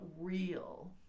real